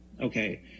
Okay